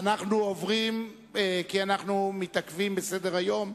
אנו עוברים, כי אנו מתעכבים בסדר-היום,